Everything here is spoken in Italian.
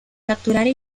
catturare